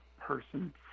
person